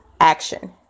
action